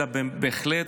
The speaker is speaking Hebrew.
אלא בהחלט,